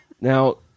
Now